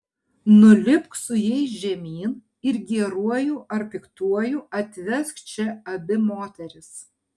nulipk su jais žemyn ir geruoju ar piktuoju atvesk čia abi moteris